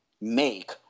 make